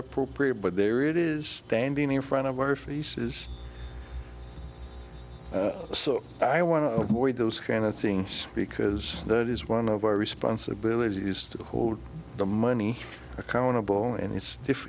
appropriate but there it is standing in front of our faces so i want to avoid those kind of things because that is one of our responsibilities to hold the money accountable and it's